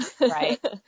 Right